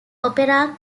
opera